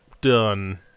Done